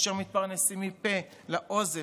אשר מתפרנסים מפה לאוזן,